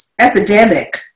Epidemic